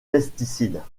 pesticides